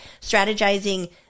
strategizing